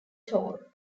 tall